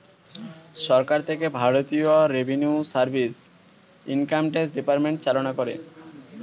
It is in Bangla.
সরকার থেকে ভারতীয় revenue service, income tax department চালনা করে